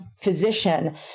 physician